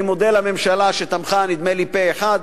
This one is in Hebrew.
אני מודה לממשלה שתמכה, נדמה לי, פה-אחד.